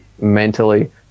mentally